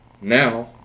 now